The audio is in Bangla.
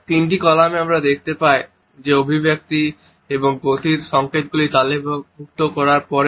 তিনটি কলামে আমরা দেখতে পাই যে অভিব্যক্তি এবং গতির সংকেতগুলি তালিকাভুক্ত করার পরে